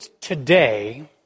today